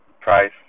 price